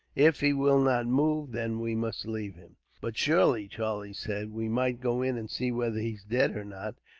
if he will not move, then we must leave him. but surely, charlie said, we might go in and see whether he's dead or not.